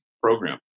program